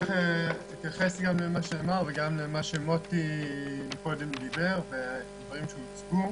אתייחס למה שנאמר וגם למה שמוטי קודם דיבר ודברים שהוצגו.